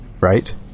right